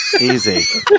easy